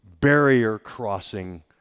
barrier-crossing